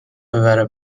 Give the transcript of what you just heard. ببره